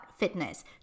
fitness